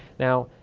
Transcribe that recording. now,